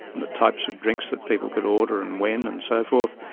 the types of drinks that people could order and when and so forth,